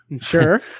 Sure